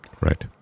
Right